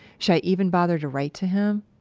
should i even bother to write to him?